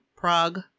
Prague